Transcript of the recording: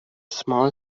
small